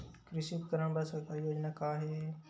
कृषि उपकरण बर सरकारी योजना का का हे?